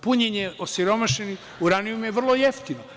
Punjenje osiromašenim uranijumom je vrlo jeftino.